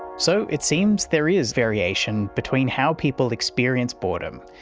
so it seems there is variation between how people experience boredom,